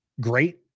great